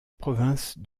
province